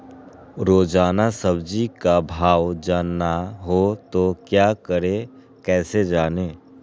रोजाना सब्जी का भाव जानना हो तो क्या करें कैसे जाने?